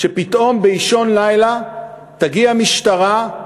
שפתאום באישון לילה תגיע משטרה,